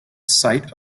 site